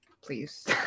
please